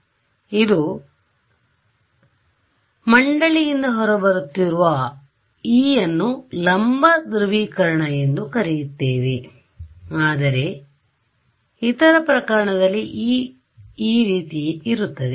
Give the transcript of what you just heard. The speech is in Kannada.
ಸರಿ ಆದ್ದರಿಂದ ಇದು ಮಂಡಳಿಯಿಂದ ಹೊರಬರುತ್ತಿರುವ E ಯನ್ನು ಲಂಬ ಧ್ರುವೀಕರಣ ಎಂದು ಕರೆಯುತ್ತೇವೆ ಆದರೆ ಇತರ ಪ್ರಕರಣದಲ್ಲಿ E ಈ ರೀತಿ ಇರುತ್ತದೆ